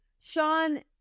Sean